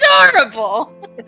adorable